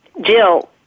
Jill